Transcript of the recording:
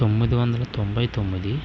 తొమ్మిది వందల తొంభై తొమ్మిది